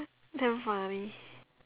damn funny